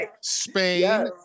Spain